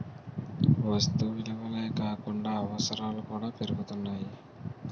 వస్తు విలువలే కాకుండా అవసరాలు కూడా పెరుగుతున్నాయి